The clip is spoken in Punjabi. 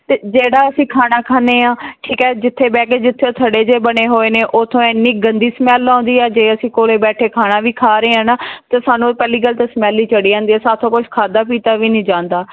ਅਤੇ ਜਿਹੜਾ ਅਸੀਂ ਖਾਣਾ ਖਾਂਦੇ ਹਾਂ ਠੀਕ ਹੈ ਜਿੱਥੇ ਬਹਿ ਕੇ ਜਿੱਥੇ ਥੜੇ ਜਿਹੇ ਬਣੇ ਹੋਏ ਨੇ ਉਥੋਂ ਇੰਨੀ ਗੰਦੀ ਸਮੈਲ ਆਉਂਦੀ ਆ ਜੇ ਅਸੀਂ ਕੋਲ ਬੈਠੇ ਖਾਣਾ ਵੀ ਖਾ ਰਹੇ ਹਾਂ ਨਾ ਅਤੇ ਸਾਨੂੰ ਪਹਿਲੀ ਗੱਲ ਤਾਂ ਸਮੈਲ ਹੀ ਚੜ੍ਹੀ ਜਾਂਦੀ ਸਾਥੋਂ ਕੁਛ ਖਾਧਾ ਪੀਤਾ ਵੀ ਨਹੀਂ ਜਾਂਦਾ